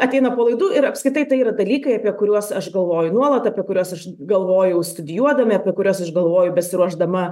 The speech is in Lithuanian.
ateina po laidų ir apskritai tai yra dalykai apie kuriuos aš galvoju nuolat apie kuriuos aš galvojau studijuodami apie kuriuos aš galvoju besiruošdama